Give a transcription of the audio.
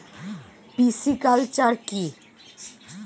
Pisciculture কি?